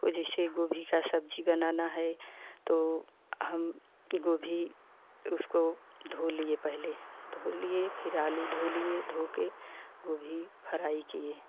को जैसे गोभी का सब्जी बनाना है तो हम गोभी उसको धो लिए पहले धो लिए फिर हम आलू धो लिए धोके गोभी फ्राई किये